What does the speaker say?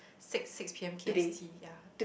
six six P_M K_S_T yea